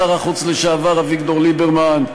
שר החוץ לשעבר אביגדור ליברמן,